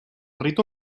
ritu